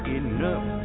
enough